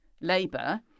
Labour